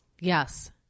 Yes